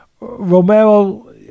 Romero